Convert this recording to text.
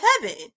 heaven